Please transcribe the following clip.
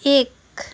एक